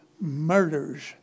murders